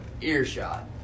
Earshot